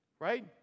Right